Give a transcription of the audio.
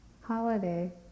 holiday